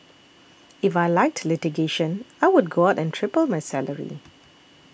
if I liked litigation I would go out and triple my salary